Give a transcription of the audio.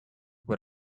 what